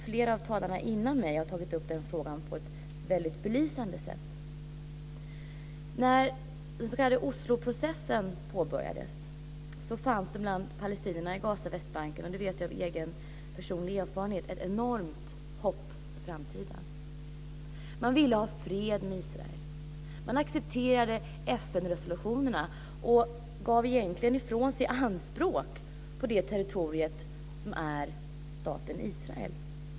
Flera talare har tidigare tagit upp den frågan på ett väldigt belysande sätt. När den s.k. Osloprocessen påbörjades fanns det bland palestinierna i Gaza och på Västbanken - och det vet jag av egen personlig erfarenhet - ett enormt hopp inför framtiden. Man ville ha fred med Israel. Man accepterade FN-resolutionerna och lämnade ifrån sig anspråken på det territoriet som utgörs av staten Israel.